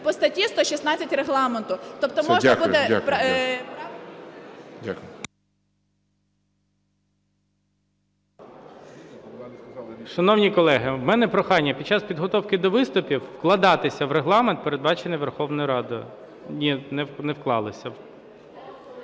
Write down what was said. по статті 116 Регламенту.